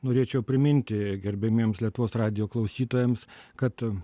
norėčiau priminti gerbiamiems lietuvos radijo klausytojams kad